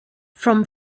from